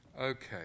Okay